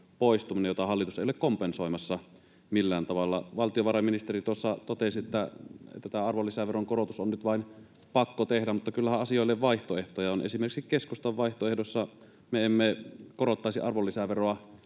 jota hallitus ei ole kompensoimassa millään tavalla. Valtiovarainministeri tuossa totesi, että tämä arvonlisäveron korotus on nyt vain pakko tehdä, mutta kyllähän asioille vaihtoehtoja on. Esimerkiksi keskustan vaihtoehdossa me emme korottaisi arvonlisäveroa